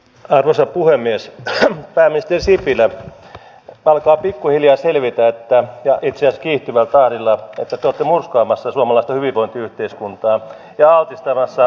arvoisa puhemies että se välitti sipilä alkaa pikkuhiljaa selvitäyttää ja vitsiä skiittivät välillä että tutkimuskaavassa suomalaista hyvinvointiyhteiskuntaa ja pistävänsä